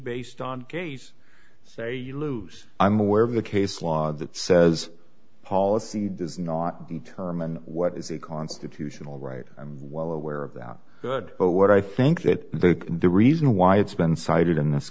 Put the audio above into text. based on case say you lose i'm aware of the case law that says policy does not determine what is a constitutional right i'm well aware of that good but what i think that the reason why it's been cited in this